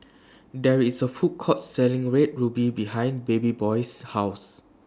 There IS A Food Court Selling Red Ruby behind Babyboy's House